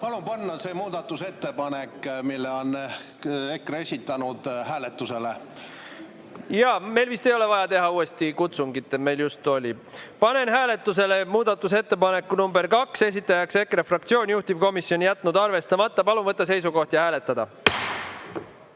Palun panna see muudatusettepanek, mille EKRE on esitanud, hääletusele. Jaa. Meil vist ei ole vaja teha uuesti kutsungit, meil just oli. Panen hääletusele muudatusettepaneku nr 2, esitajaks EKRE fraktsioon, juhtivkomisjon on jätnud arvestamata. Palun võtta seisukoht ja hääletada!